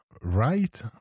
right